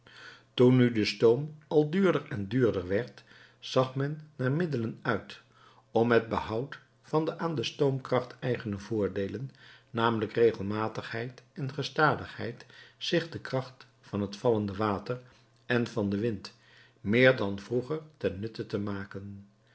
toen nu de stoom al duurder en duurder werd zag men naar middelen uit om met behoud van de aan de stoomkracht eigene voordeelen namelijk regelmatigheid en gestadigheid zich de kracht van het vallende water en van den wind meer dan vroeger ten nutte te maken